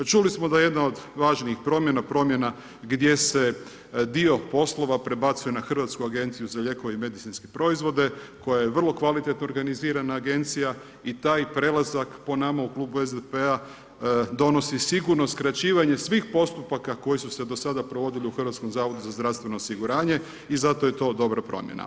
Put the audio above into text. Čuli smo da jedna od važnijih promjena, promjena gdje se dio poslova prebacuje na Hrvatsku agenciju za lijekove i medicinske proizvode koja je vrlo kvalitetno organizirana agencija i taj prelazak po nama u klubu SDP-a donosi sigurno skraćivanje svih postupaka koji su se do sada provodili u HZZO-u i zato je to dobra promjena.